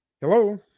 Hello